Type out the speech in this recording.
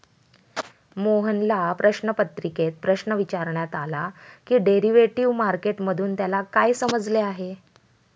मोहनला प्रश्नपत्रिकेत प्रश्न विचारण्यात आला की डेरिव्हेटिव्ह मार्केट मधून त्याला काय समजले आहे?